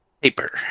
Paper